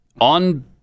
On